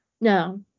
No